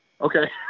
Okay